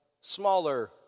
smaller